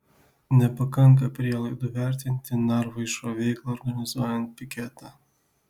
nepakanka prielaidų vertinti narvoišo veiklą organizuojant piketą